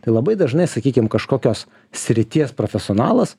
tai labai dažnai sakykim kažkokios srities profesionalas